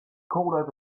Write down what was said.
called